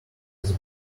his